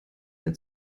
der